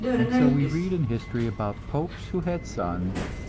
and so we read in history about popes who had sons,